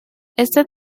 este